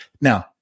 Now